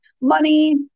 money